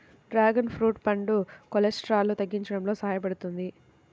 dragon fruit పండు కొలెస్ట్రాల్ను తగ్గించడంలో సహాయపడుతుంది